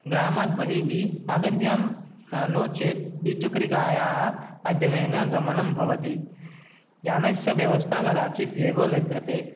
ग्रामात् बहिः पादभ्यां नो चेत् द्विचक्रिकायाः माध्यमेन गमनं भवति यानैस्सह व्यवस्था कदाचित् एव लभ्यते